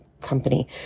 company